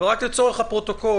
רק לצורך הפרוטוקול,